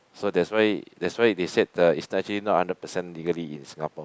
so that's why that's why they said the is actually not hundred percent legally in Singapore